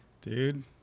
Dude